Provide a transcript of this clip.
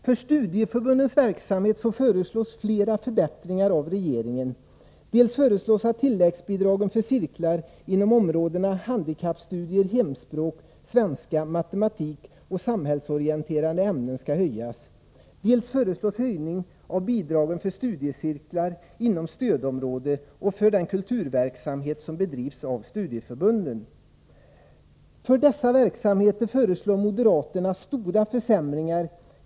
För studieförbundens verksamhet föreslår regeringen flera förbättringar: dels föreslås att tilläggsbidragen för cirklar inom områdena handikappstudier, hemspråk, svenska, matematik och samhällsorienterande ämnen skall höjas, dels föreslås höjning av bidragen för studiecirklar inom stödområde och för den kulturverksamhet som bedrivs av studieförbunden. För dessa verksamheter föreslår moderaterna stora försämringar.